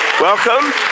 Welcome